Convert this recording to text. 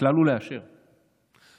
הכלל הוא לאשר לכולם.